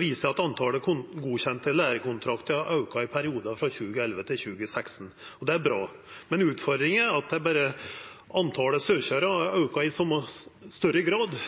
viser at talet på godkjende lærekontraktar har auka i perioden 2011–2016, og det er bra, utfordringa er berre at talet på søkjarar har auka i endå større grad.